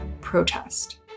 Protest